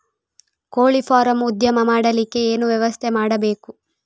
ಕೋಳಿ ಫಾರಂ ಉದ್ಯಮ ಮಾಡಲಿಕ್ಕೆ ಏನು ವ್ಯವಸ್ಥೆ ಮಾಡಬೇಕು?